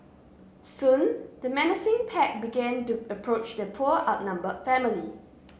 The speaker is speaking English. soon the menacing pack began to approach the poor outnumbered family